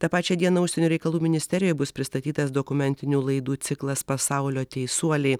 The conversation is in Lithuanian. tą pačią dieną užsienio reikalų ministerijoj bus pristatytas dokumentinių laidų ciklas pasaulio teisuoliai